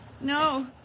No